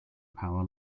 power